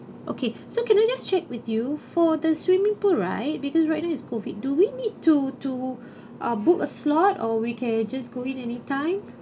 okay so can I just check with you for the swimming pool right because right now is COVID do we need to to uh book a slot or we can just go in anytime